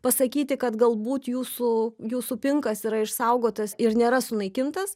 pasakyti kad galbūt jūsų jūsų pinkas yra išsaugotas ir nėra sunaikintas